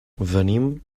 venim